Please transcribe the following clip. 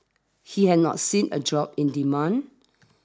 he had not seen a drop in demand